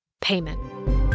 payment